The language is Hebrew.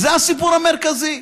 זה הסיפור המרכזי,